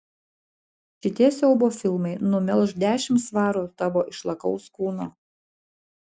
šitie siaubo filmai numelš dešimt svarų tavo išlakaus kūno